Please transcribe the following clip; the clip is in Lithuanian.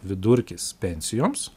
vidurkis pensijoms